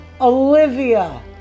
Olivia